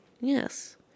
Yes